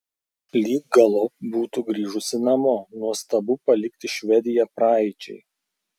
lyg galop būtų grįžusi namo nuostabu palikti švediją praeičiai